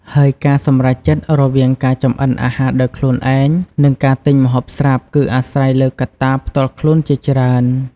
ហើយការសម្រេចចិត្តរវាងការចម្អិនអាហារដោយខ្លួនឯង និងការទិញម្ហូបស្រាប់ គឺអាស្រ័យលើកត្តាផ្ទាល់ខ្លួនជាច្រើន។